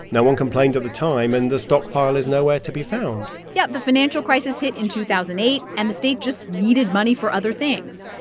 no one complained at the time, and the stockpile is nowhere to be found yeah. the financial crisis hit in two thousand and eight, and the state just needed money for other things.